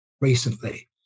recently